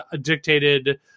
dictated